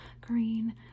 green